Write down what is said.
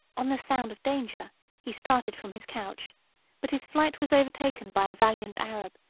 on the sound of danger he started from his couch but his flight was overtaken by a valiant arab,